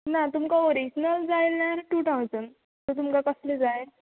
ना तुमकां ओरिजनल जाय जाल्यार टू थावजंड सर तुमकां कसलो जाय